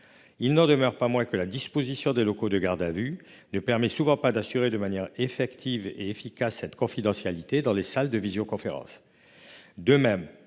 il n'en demeure pas moins que, souvent, la disposition des locaux de garde à vue ne permet pas d'assurer de manière concrète et efficace cette confidentialité dans le cadre d'une visioconférence. De même,